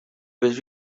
was